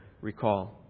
recall